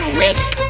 risk